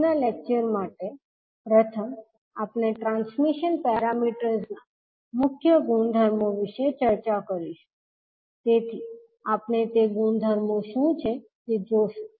આજના લેક્ચર માટે પ્રથમ આપણે ટ્રાન્સમિશન પેરામીટર્સના મુખ્ય ગુણધર્મો વિશે ચર્ચા કરીશું તેથી આપણે તે ગુણધર્મો શું છે તે જોશું